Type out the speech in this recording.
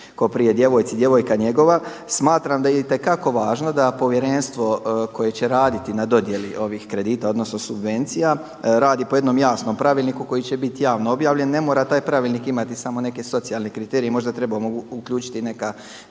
tko prije djevojci djevojka njegova. Smatram da je itekako važno da povjerenstvo koje će raditi na dodjeli ovih kredita odnosno subvencija radi po jednom jasnom pravilniku koji će biti javno objavljen. Ne mora taj pravilnik imati samo neke socijalne kriterije i možda trebamo uključiti i neka